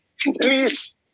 Please